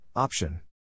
Option